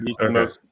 Okay